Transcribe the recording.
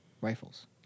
rifles